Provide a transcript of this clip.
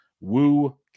Woo